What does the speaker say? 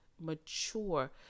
mature